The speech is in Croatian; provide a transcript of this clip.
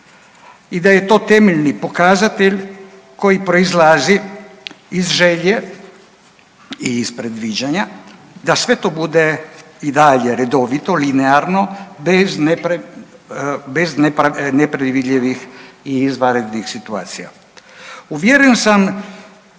i da je to temeljni pokazatelj koji proizlazi iz želje i iz predviđanja da sve to bude i dalje redovito, linearno bez nepredvidljivih i izvanrednih situacija. Uvjeren sam